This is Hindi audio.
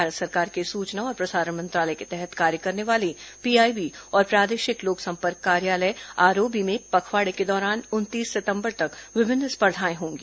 भारत सरकार के सूचना और प्रसारण मंत्रालय के तहत कार्य करने वाले पीआईबी और प्रादेशिक लोक संपर्क कार्यालय आरओबी में पखवाड़े के दौरान उनतीस सितंबर तक विभिन्न स्पर्धाएं होंगी